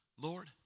Lord